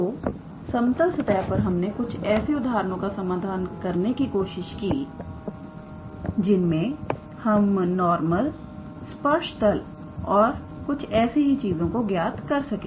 तोसमतल सतह पर हमने कुछ ऐसे उदाहरणों का समाधान करने की कोशिश की जिनमें हम नॉर्मल स्पर्श तल और कुछ ऐसी ही चीजों को ज्ञात कर सके